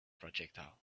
projectile